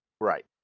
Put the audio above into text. Right